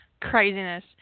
Craziness